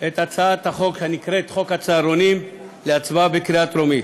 את הצעת החוק הנקראת הצעת חוק הצהרונים להצבעה בקריאה טרומית.